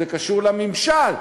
זה קשור לממשל,